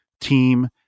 team